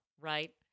right